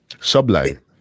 Sublime